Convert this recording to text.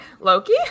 Loki